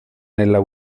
nella